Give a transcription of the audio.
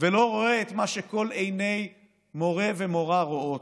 ולא רואה את מה שכל עיני מורה ומורה רואות,